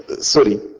sorry